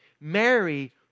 Mary